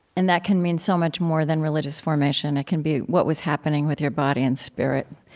and that can mean so much more than religious formation. it can be what was happening with your body and spirit.